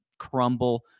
crumble